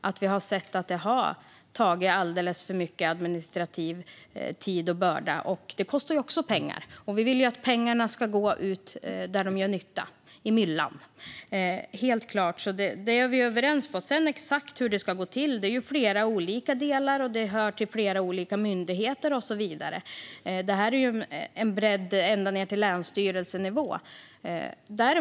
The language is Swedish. Det har tagit alldeles för mycket administrativ tid och börda. Även detta kostar pengar. Vi vill ju helt klart att pengarna ska gå ut dit där de gör nytta, i myllan. Det är vi överens om. När det sedan gäller exakt hur det ska gå till är det ju flera olika delar, och det hör till flera olika myndigheter och så vidare. Det är en bredd ända ned till länsstyrelsenivå.